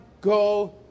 go